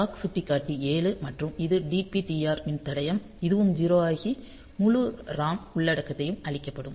stock சுட்டிக்காட்டி 7 மற்றும் இது DPTR மின்தடையம் இதுவும் 0 ஆகி முழு RAM உள்ளடக்கமும் அழிக்கப்படும்